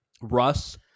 Russ